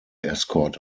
escort